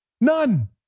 None